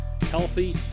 healthy